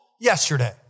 yesterday